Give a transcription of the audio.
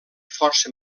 força